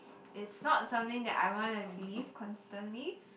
it's not something that I wanna relieve constantly